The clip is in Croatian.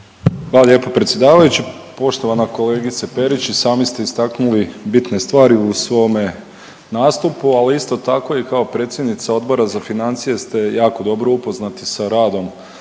Hvala lijepo predsjedavajući. Poštovana kolegice Perić i sami ste istaknuli bitne stvari u svome nastupu, ali isto tako i kao predsjednica Odbora za financije ste jako dobro upoznati sa radom